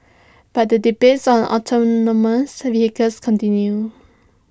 but the debate on autonomous vehicles continue